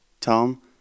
Tom